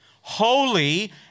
holy